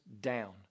down